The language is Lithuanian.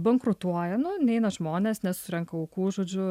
bankrutuoja nu neina žmonės nesurenka aukų žodžiu